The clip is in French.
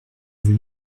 vais